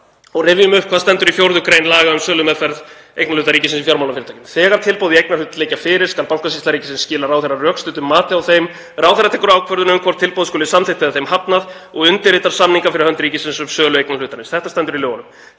og rifjum upp hvað stendur í 4. gr. laga um sölumeðferð eignarhluta ríkisins í fjármálafyrirtækjum, með leyfi forseta: „Þegar tilboð í eignarhlut liggja fyrir skal Bankasýsla ríkisins skila ráðherra rökstuddu mati á þeim. Ráðherra tekur ákvörðun um hvort tilboð skuli samþykkt eða þeim hafnað og undirritar samninga fyrir hönd ríkisins um sölu eignarhlutarins.“ Þetta stendur í lögunum.